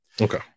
Okay